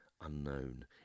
unknown